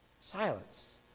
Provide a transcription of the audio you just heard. Silence